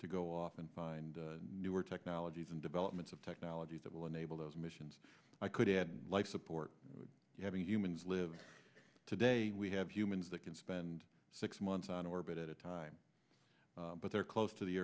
to go off and find newer technologies and developments of technologies that will enable those missions i could add life support having humans live today we have humans that can spend six months on orbit at a time but they're close to the